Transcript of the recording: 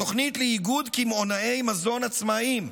התוכנית לאיגוד קמעונאי מזון עצמאיים.